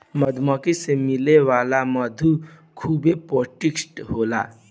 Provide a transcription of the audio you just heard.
मधुमक्खी से मिले वाला मधु खूबे पौष्टिक होला